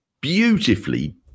beautifully